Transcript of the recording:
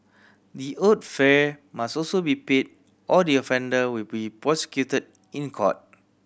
the owed fare must also be paid or the offender will be prosecuted in court